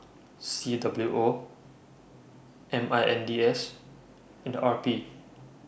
C W O M I N D S and R P